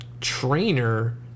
trainer